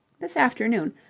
this afternoon,